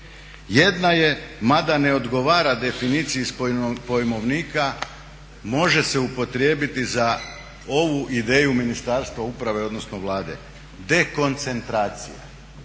Jedna je, mada ne odgovara definiciji iz pojmovnika, može se upotrijebiti za ovu ideju Ministarstva uprave odnosno Vlade – dekoncentracija.